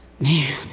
Man